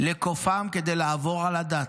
לכופם כדי לעבור על הדת,